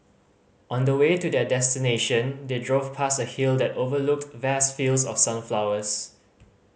on the way to their destination they drove past a hill that overlooked vast fields of sunflowers